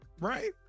Right